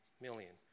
million